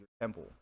temple